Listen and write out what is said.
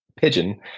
pigeon